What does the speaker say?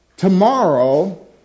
Tomorrow